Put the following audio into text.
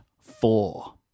four